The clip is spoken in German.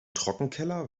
trockenkeller